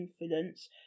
influence